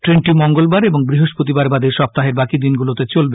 ট্রেনটি মঙ্গলবার ও বৃহস্পতিবার বাদে সপ্তাহের বাকি দিনগুলিতে চলবে